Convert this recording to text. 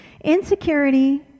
Insecurity